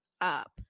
up